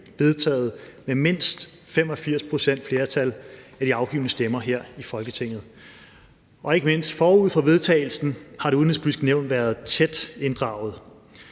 flertal på mindst 85 pct. af de afgivne stemmer her i Folketinget. Og ikke mindst forud for vedtagelsen har Det Udenrigspolitiske Nævn været tæt inddraget.